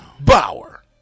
Bauer